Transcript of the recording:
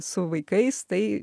su vaikais tai